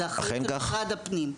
זו אחריות של משרד הפנים.